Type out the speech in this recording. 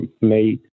made